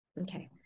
Okay